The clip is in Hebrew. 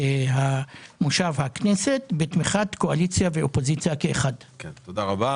מושב הכנסת, בתמיכת קואליציה ואופוזיציה כאחד.